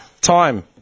time